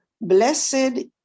blessed